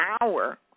hour